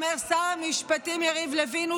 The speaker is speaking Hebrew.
אומר שר המשפטים יריב לוין,